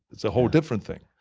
it's a whole different thing.